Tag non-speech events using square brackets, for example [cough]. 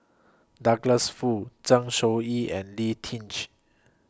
Douglas Foo Zeng Shouyin and Lee [unintelligible]